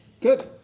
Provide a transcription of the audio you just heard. Good